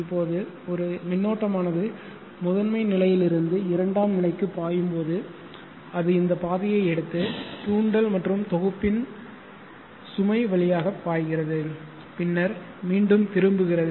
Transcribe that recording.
இப்போது ஒரு மின்னோட்டமானது முதன்மை நிலையிலிருந்து இரண்டாம் நிலைக்கு பாயும் போது அது இந்த பாதையை எடுத்து தூண்டல் மற்றும் தொகுப்பின் சுமை வழியாக பாய்கிறது பின்னர் மீண்டும் திரும்புகிறது